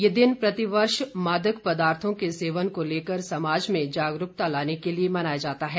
यह दिन प्रतिवर्ष मादक पदार्थों के सेवन को लेकर समाज में जागरूकता लाने के लिए मनाया जाता है